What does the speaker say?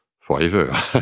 forever